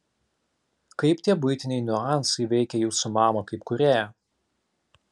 kaip tie buitiniai niuansai veikė jūsų mamą kaip kūrėją